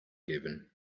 given